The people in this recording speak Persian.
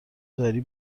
داری